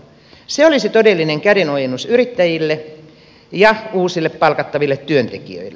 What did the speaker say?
se olisi todellinen kädenojennus yrittäjille ja uusille palkattaville työntekijöille